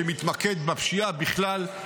שמתמקד בפשיעה בכלל,